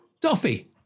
Duffy